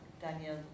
Daniel